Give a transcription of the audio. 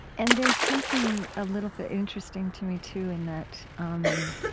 and there's something a little bit interesting to me too, in that um